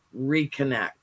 reconnect